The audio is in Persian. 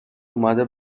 اومده